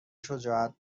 شجاعت